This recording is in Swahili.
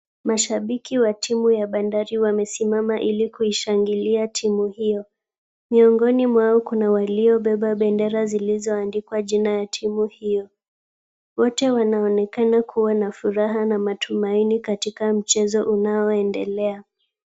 Mashabiki wa timu ya Bandari wamesimama ilikuishangilia timu hiyo. Miongoni mwao kuna waliobeba bendera zilizoandikwa jina ya timu hiyo. Wote wanaonekana kuwa na furaha na matumaini katika mchezo unaoendelea.